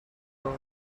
دکتر